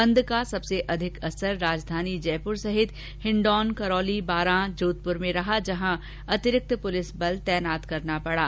बंद का सर्वाधिक असर राजधानी जयपुर सहित हिंडौन करौली बांरा जोधपुर में रहा जहां अतिरिक्त पुलिस बल लगाया गया